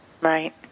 Right